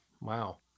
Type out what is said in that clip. Wow